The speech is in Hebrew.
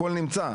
הכל נמצא.